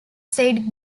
said